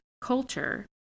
culture